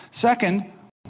Second